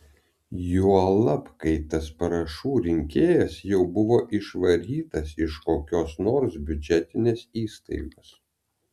juolab kai tas parašų rinkėjas jau buvo išvarytas iš kokios nors biudžetinės įstaigos